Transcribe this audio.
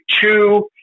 two